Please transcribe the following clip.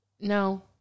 No